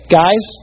guys